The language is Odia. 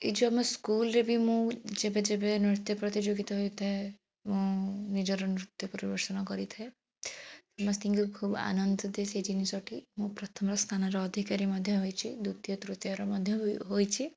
ଏଇ ଯେଉଁ ଆମ ସ୍କୁଲରେ ବି ମୁଁ ଯେବେ ଯେବେ ନୃତ୍ୟ ପ୍ରତିଯୋଗିତା ହୋଇଥାଏ ମୁଁ ନିଜର ନୃତ୍ୟ ପରିବେଷଣ କରିଥାଏ ସମସ୍ତଙ୍କୁ ଖୁବ ଆନନ୍ଦ ଦିଅ ସେ ଜିନିଷଟି ମୁଁ ପ୍ରଥମର ସ୍ଥାନର ଅଧିକାରୀ ମଧ୍ୟ ହୋଇଛି ଦ୍ୱିତୀୟ ତୃତୀୟ ମଧ୍ୟ ବି ହୋଇଛି